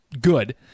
good